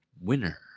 winner